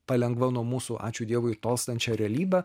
palengva nuo mūsų ačiū dievui tolstančią realybę